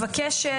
מחקר,